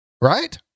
right